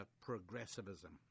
progressivism